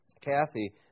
Kathy